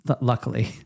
luckily